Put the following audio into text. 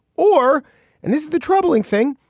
or and this is the troubling thing.